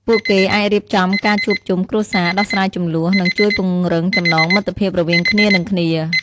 ពួកគេអាចរៀបចំការជួបជុំគ្រួសារ ដោះស្រាយជម្លោះ និងជួយពង្រឹងចំណងមិត្តភាពរវាងគ្នានិងគ្នា។